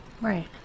Right